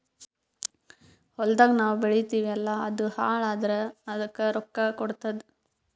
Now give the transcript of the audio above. ಹೊಲ್ದಾಗ್ ನಾವ್ ಬೆಳಿತೀವಿ ಅಲ್ಲಾ ಅದು ಹಾಳ್ ಆದುರ್ ಅದಕ್ ರೊಕ್ಕಾ ಕೊಡ್ತುದ್